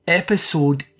episode